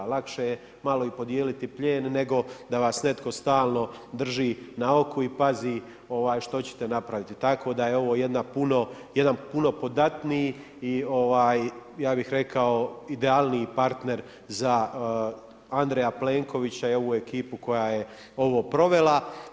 Lakše je malo i podijeliti plijen nego da vas netko stalno drži na oku i pazi što ćete napraviti, tako da je ovo jedan puno podatniji i ja bih rekao idealniji partner za Andreja Plenkovića i ovu ekipu koja je ovo provela.